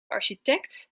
architect